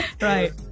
right